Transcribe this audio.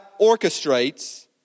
orchestrates